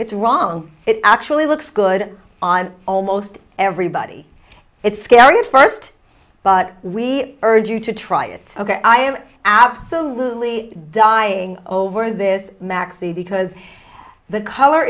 it's wrong it actually looks good on almost everybody it's scary at first but we urge you to try it again i am absolutely dying over this maxi because the color